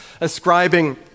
ascribing